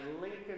Lincoln